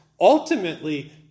ultimately